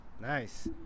Nice